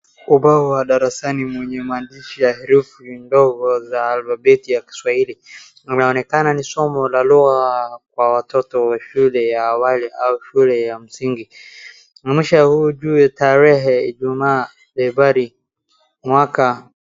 Ubao wa darasani mwenye maandishi ya herufi ndogo za alfabeti za Kiswahili inaonekana ni somo la lugha wa watoto wa shule ya awali au shule ya msingi inaonyesha hapo juu tarehe ijumaa, februari, mwaka.